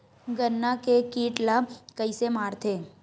गन्ना के कीट ला कइसे मारथे?